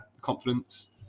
confidence